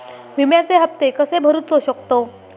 विम्याचे हप्ते कसे भरूचो शकतो?